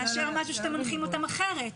לאשר משהו שאתם מנחים אותם אחרת.